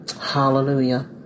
Hallelujah